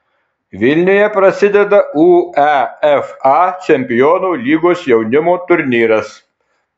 vilniuje prasideda uefa čempionų lygos jaunimo turnyras